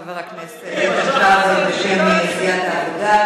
חבר הכנסת איתן כבל,